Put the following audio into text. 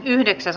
asia